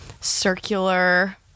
circular